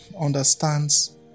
understands